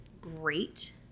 great